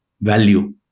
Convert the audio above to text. value